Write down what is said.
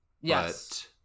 Yes